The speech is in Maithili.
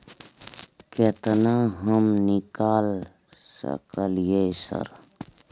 केतना हम निकाल सकलियै सर?